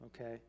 okay